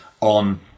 on